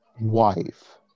wife